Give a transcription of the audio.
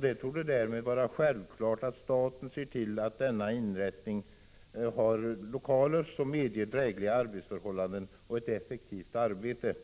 Det torde därmed vara självklart att staten ser till att denna inrättning har lokaler som medger drägliga arbetsförhållanden och ett effektivt arbete.